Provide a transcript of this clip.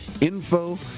info